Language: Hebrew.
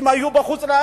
אם היו בחוץ-לארץ,